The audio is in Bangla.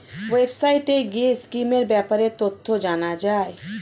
ওয়েবসাইটে গিয়ে স্কিমের ব্যাপারে তথ্য জানা যায়